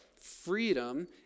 freedom